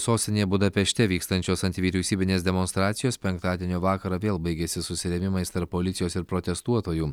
sostinėje budapešte vykstančios antivyriausybinės demonstracijos penktadienio vakarą vėl baigėsi susirėmimais tarp policijos ir protestuotojų